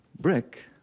Brick